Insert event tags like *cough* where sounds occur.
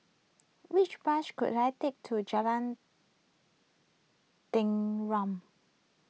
which bus could I take to Jalan *unintelligible*